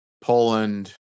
Poland